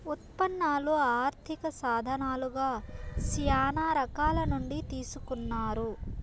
ఉత్పన్నాలు ఆర్థిక సాధనాలుగా శ్యానా రకాల నుండి తీసుకున్నారు